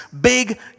big